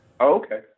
okay